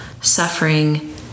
suffering